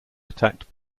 attacked